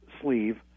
sleeve